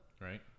Right